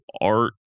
art